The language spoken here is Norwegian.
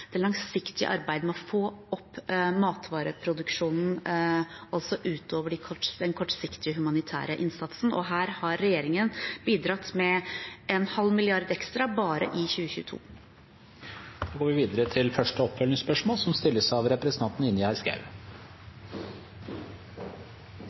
det langsiktige arbeidet med å få opp matvareproduksjonen også utover den kortsiktige humanitære innsatsen, og her har regjeringen bidratt med en halv milliard ekstra bare i 2022.